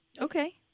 Okay